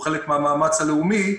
והוא חלק מהמאמץ הלאומי,